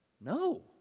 no